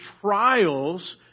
trials